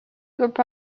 group